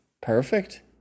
Perfect